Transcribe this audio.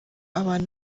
abantu